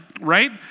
right